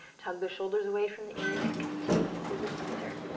tug the shoulders away from the ears, contain through the center,